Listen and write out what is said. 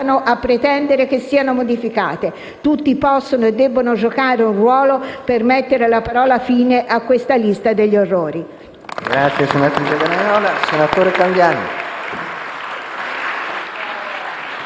a pretendere che siano modificate. Tutti possono e debbono giocare un ruolo per mettere la parola fine a questa lista degli orrori.